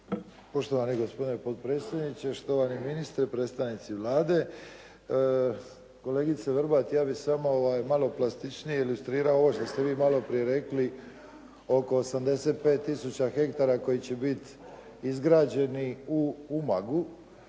Poštovani gospodine potpredsjedniče, štovani ministre, predstavnici Vlade. Kolegice Vrbat, ja bih samo malo plastičnije ilustrirao ovo što ste vi maloprije rekli oko 85 tisuća hektara koji će biti izgrađeni u Umagu.